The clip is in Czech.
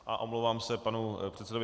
A omlouvám se panu předsedovi.